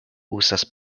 uzas